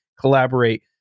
collaborate